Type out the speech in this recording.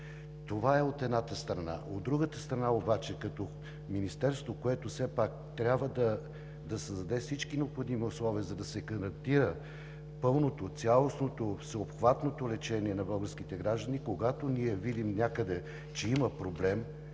Това е от едната страна. От другата страна, като Министерство, което все пак трябва да създаде всички необходими условия, за да се гарантира пълното, цялостното, всеобхватното лечение на българските граждани, когато ние видим, че някъде има проблем